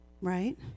right